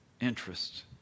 interest